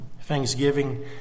thanksgiving